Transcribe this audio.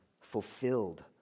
fulfilled